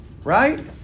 Right